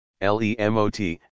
LEMOT